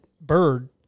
bird